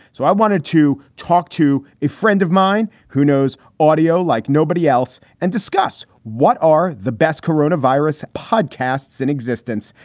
so i wanted to talk to a friend of mine who knows audio like nobody else and discuss what are the best corona virus podcasts in existence.